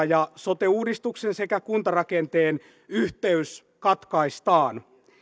ja sote uudistuksen sekä kuntarakenteen yhteys katkaistaan